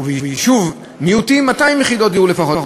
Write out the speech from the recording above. וביישוב מיעוטים, 200 יחידות דיור לפחות.